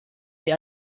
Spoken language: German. sie